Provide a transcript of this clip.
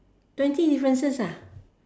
twenty differences ah